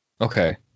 Okay